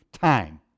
time